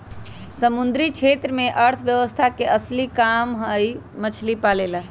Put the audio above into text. समुद्री क्षेत्र में अर्थव्यवस्था के असली काम हई मछली पालेला